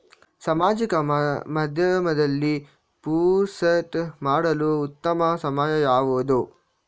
ಸಾಮಾಜಿಕ ಮಾಧ್ಯಮದಲ್ಲಿ ಪೋಸ್ಟ್ ಮಾಡಲು ಉತ್ತಮ ಸಮಯ ಯಾವುದು?